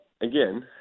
again